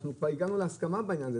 אנחנו כבר הגענו להסכמה בעניין הזה.